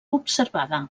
observada